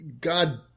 God